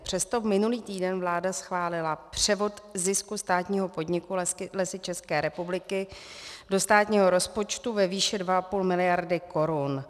Přesto minulý týden vláda schválila převod zisku státního podniku Lesy České republiky do státního rozpočtu ve výši 2,5 mld. korun.